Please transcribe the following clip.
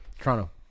Toronto